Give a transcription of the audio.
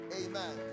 Amen